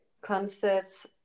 concerts